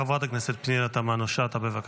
חברת הכנסת פנינה תמנו שטה, בבקשה.